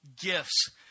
gifts